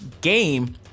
game